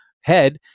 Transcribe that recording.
head